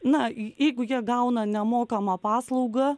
na jeigu jie gauna nemokamą paslaugą